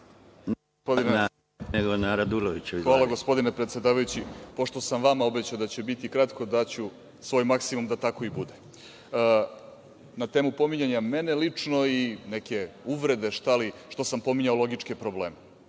Hvala, gospodine predsedavajući. Pošto sam vama obećao da će biti kratko, daću svoj maksimum da tako i bude. Na temu pominjanja mene lično i neke uvrede, šta li, što sam pominjao logičke probleme.